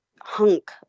hunk